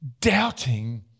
doubting